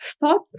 thought